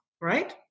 Right